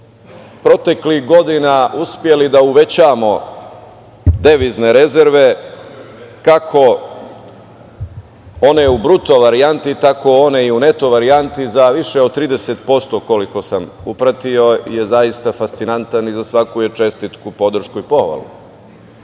proteklih godina uspeli da uvećamo devizne rezerve, kako one u bruto varijanti tako one i u neto varijanti za više od 30% koliko sam pratio je zaista fascinantan i za svaku je čestitku, podršku i pohvalu.